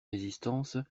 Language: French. résistances